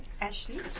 Ashley